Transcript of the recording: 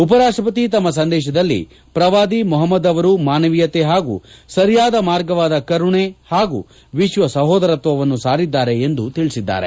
ಉಪರಾಷ್ಟ ಪತಿ ತಮ್ಮ ಸಂದೇಶದಲ್ಲಿ ಪ್ರವಾದಿ ಮೊಹಮ್ಮದ್ ಅವರು ಮಾನವೀಯತೆ ಹಾಗೂ ಸರಿಯಾದ ಮಾರ್ಗವಾದ ಕರುಣೆ ಹಾಗೂ ವಿಶ್ವ ಸಹೋದರತ್ವವನ್ನು ಸಾರಿದ್ದಾರೆ ಎಂದು ತಿಳಿಸಿದ್ದಾರೆ